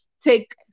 take